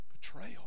betrayal